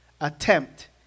Attempt